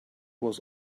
was